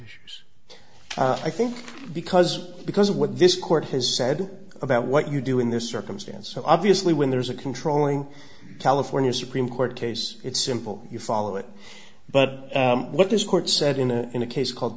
issues i think because because of what this court has said about what you do in this circumstance so obviously when there's a controlling california supreme court case it's simple you follow it but what this court said in a in a case called